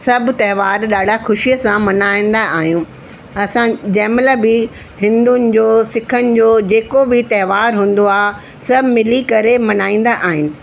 सभु तहिवार ॾाढा ख़ुशीअ सां मनाईंदा आहियूं असां जंहिंमहिल बि हिंदुनि जो सिखनि जो जेको बि तहिवारु हूंदो आहे सभु मिली करे मनाईंदा आहिनि